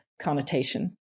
connotation